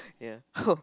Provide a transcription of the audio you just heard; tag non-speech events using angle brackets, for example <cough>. ya <noise>